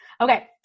Okay